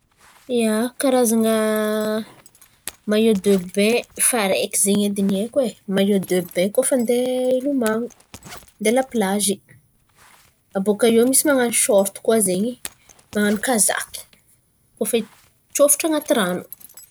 ia, karazan̈a mayo debain fa araiky zen̈y fo edy ny haiko ai. Mayo debain kôa fa andeha hiloman̈o, andeha laplagy. Abôkà eo misy man̈ano shorty kôa zen̈y, man̈ano kazaky kôa fa hitsôfotro anaty rano.